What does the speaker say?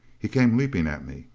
he came leaping at me.